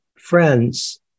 Friends